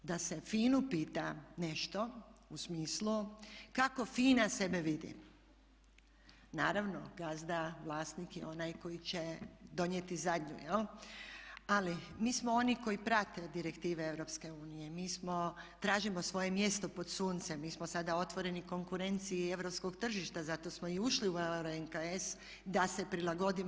Da se FINA-u pita nešto, u smislu kako FINA sebe vidi naravno gazda vlasnik je onaj koji će donijeti zadnju jel', ali mi smo oni koji prate direktive EU, mi tražimo svoje mjesto pod suncem, mi smo sada otvoreni konkurenciji europskog tržišta zato smo i ušli u … [[Govornica se ne razumije.]] da se prilagodimo.